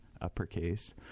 uppercase